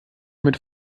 mit